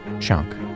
chunk